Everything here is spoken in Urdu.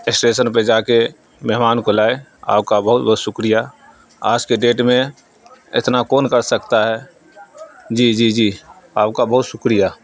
اسٹیشن پہ جا کے مہمان کو لائے آپ کا بہت بہت شکریہ آج کے ڈیٹ میں اتنا کون کر سکتا ہے جی جی جی آپ کا بہت شکریہ